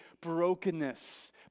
brokenness